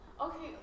okay